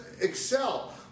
excel